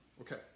Okay